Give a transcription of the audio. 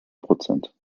prozent